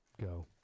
Go